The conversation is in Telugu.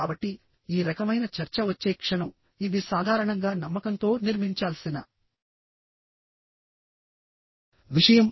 కాబట్టి ఈ రకమైన చర్చ వచ్చే క్షణం ఇది సాధారణంగా నమ్మకంతో నిర్మించాల్సిన విషయం